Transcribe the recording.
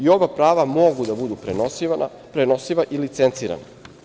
Ova prava mogu da budu prenosiva i licencirana.